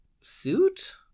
suit